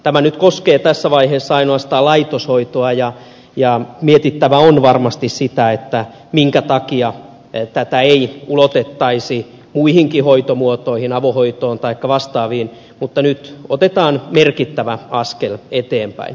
tämä nyt koskee tässä vaiheessa ainoastaan laitoshoitoa ja varmasti on mietittävä sitä minkä takia tätä ei ulotettaisi muihinkin hoitomuotoihin avohoitoon taikka vastaaviin mutta nyt otetaan merkittävä askel eteenpäin